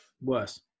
worse